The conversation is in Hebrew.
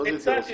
מצד אחד,